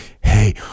hey